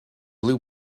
blue